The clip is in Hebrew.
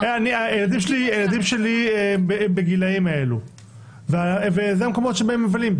הילדים שלי הם בגילאים האלה ואלה המקומות שבהם הם מבלים,